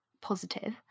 positive